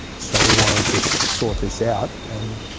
so we want to just sort this out